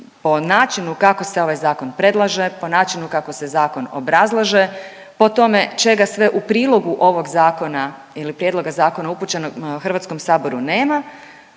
po načinu kako se ovaj Zakon predlaže, po načinu kako se zakon obrazlaže, po tome čega sve u prilogu ovog Zakona ili prijedloga zakona upućenog HS-u nema,